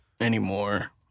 anymore